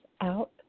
out